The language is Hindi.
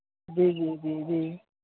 जी जी जी जी